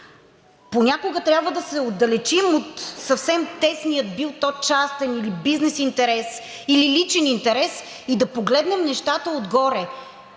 Понякога трябва да се отдалечим от съвсем тесния – бил то частен или бизнес интерес, или личен интерес и да погледнем нещата отгоре.